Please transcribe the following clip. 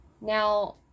Now